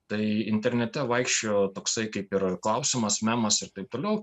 tai internete vaikščiojo toksai kaip ir klausimas memas ir taip toliau